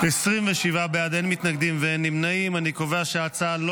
איפה המחנה הממלכתי?